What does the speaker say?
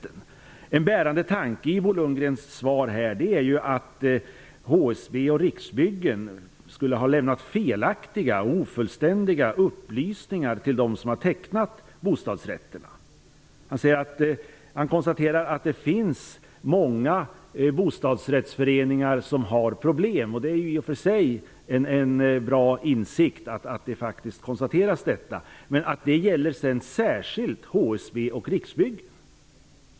En bärande tanke i Bo Lundgrens svar är att HSB och Riksbyggen skulle ha lämnat felaktiga och ofullständiga upplysningar till dem som har tecknat bostadsrätterna. Han konstaterar att det finns många bostadsrättsföreningar som har problem -- vilket i och för sig är en bra insikt -- men att det särskilt gäller HSB och Riksbyggen.